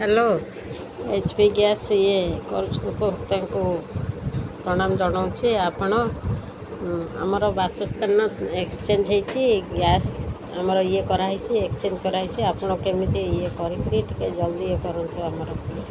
hello H P gas ଇଏ କରୁଛୁ କ ତାଙ୍କୁ ପ୍ରଣାମ ଜଣଉଛି ଆପଣ ଆମର ବାସସ୍ଥାନ ଏକ୍ସଚେଞ୍ଜ ହେଇଛି ଗ୍ୟାସ୍ ଆମର ଇଏ କରାହେଇଛି ଏକ୍ସଚେଞ୍ଜ କରାହେଇଛି ଆପଣ କେମିତି ଇଏ କରିକିରି ଟିକେ ଜଲ୍ଦି ଇଏ କରନ୍ତୁ ଆମର